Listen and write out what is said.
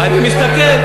אני מסתכל.